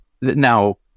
Now